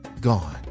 gone